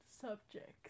subjects